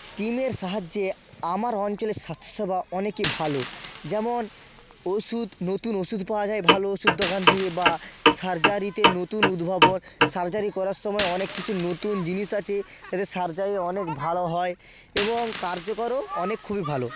স্টিমের সাহায্যে আমার অঞ্চলের স্বাস্থ্যসেবা অনেকই ভালো যেমন ওষুধ নতুন ওষুধ পাওয়া যায় ভালো ওষুধ দোকান থেকে বা সার্জারিতে নতুন উদ্ভাবন সার্জারি করার সময় অনেক কিছু নতুন জিনিস আছে যাতে সার্জারি অনেক ভালো হয় এবং কার্যকরও অনেক খুবই ভালো